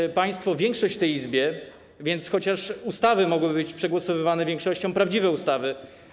Macie państwo większość w tej Izbie, więc chociaż ustawy mogłyby być przegłosowywane większością - prawdziwe ustawy.